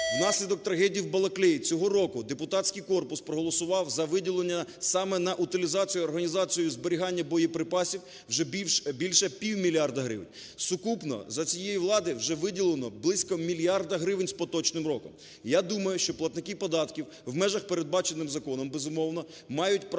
Внаслідок трагедії в Балкаклії цього року депутатський корпус проголосував за виділення саме на утилізацію, організацію і зберігання боєприпасів вже більше півмільярда гривень. Сукупно за цієї влади вже виділено близько мільярда гривень з поточним роком. Я думаю, що платники податків у межах, передбачених законом, безумовно, мають право